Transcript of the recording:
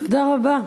תודה רבה.